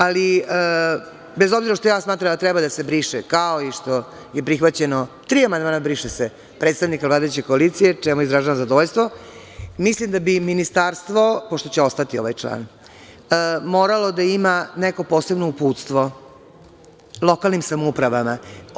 Ali, bez obzira što smatram da treba da se briše, kao i što je prihvaćeno tri amandmana – briše se, predstavnika vladajuće koalicije, čemu izražavam zadovoljstvo, mislim da bi ministarstvo, pošto će ostati ovaj član, moralo da ima neko posebno uputstvo lokalnim samoupravama.